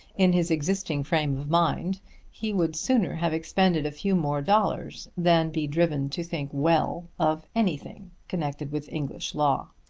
in his existing frame of mind he would sooner have expended a few more dollars than be driven to think well of anything connected with english law.